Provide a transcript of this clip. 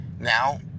Now